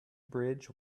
bridge